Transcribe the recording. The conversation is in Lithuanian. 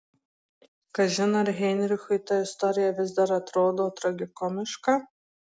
kažin ar heinrichui ta istorija vis dar atrodo tragikomiška